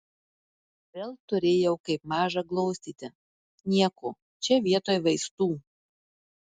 vėl turėjau kaip mažą glostyti nieko čia vietoj vaistų